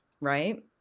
right